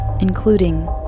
including